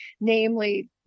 namely